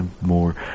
more